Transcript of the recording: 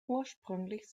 ursprünglich